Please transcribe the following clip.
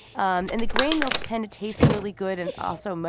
and and the grain milks tend to taste really good. and also, um ah